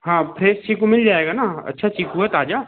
हाँ फ्रेस चीकू मिल जाएगा न अच्छा चीकू है ताज़ा